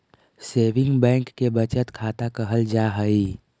saving bank के बचत खाता कहल जा हइ